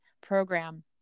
program